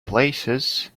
places